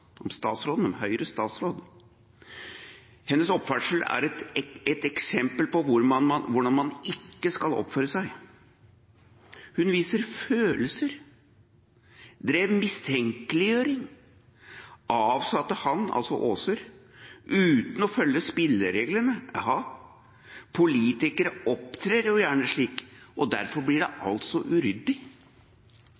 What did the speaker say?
om kontrollkomiteen, men om statsråden – Høyres statsråd: Hennes oppførsel er et eksempel på hvordan man ikke skal oppføre seg. Hun viser følelser, drev mistenkeliggjøring, avsatte han – altså Aaser – uten å følge spillereglene. Politikere opptrer jo gjerne slik, og derfor blir det